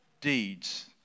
deeds